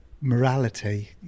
morality